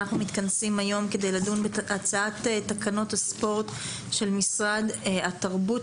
אנחנו מתכנסים היום כדי לדון בהצעת תקנות הספורט של משרד התרבות